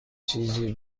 چیزی